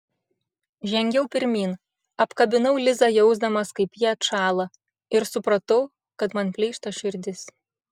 žengiau pirmyn apkabinau lizą jausdamas kaip ji atšąla ir supratau kad man plyšta širdis